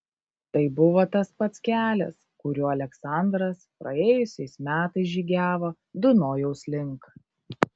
tai buvo tas pats kelias kuriuo aleksandras praėjusiais metais žygiavo dunojaus link